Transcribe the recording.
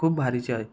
खूप भारीचे आहे